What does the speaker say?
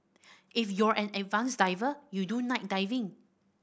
if you're an advanced diver you do night diving